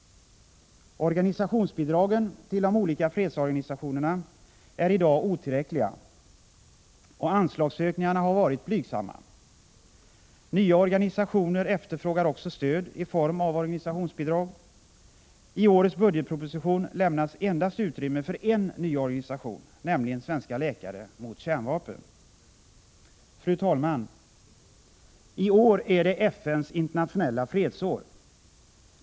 Organisationsbidragen till de olika fredsorganisationerna är i dag otillräckliga, och anslagsökningarna har varit blygsamma. Nya organisationer efterfrågar också stöd i form av organisationsbidrag. I årets budgetproposition lämnas endast utrymme för en ny organisation, nämligen Svenska läkare mot kärnvapen. Fru talman! I år är det FN:s internationella fredsår.